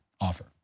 offer